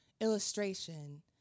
illustration